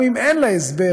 גם אם אין לה הסבר